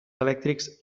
elèctrics